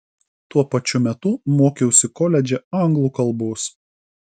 tuo pačiu metu mokiausi koledže anglų kalbos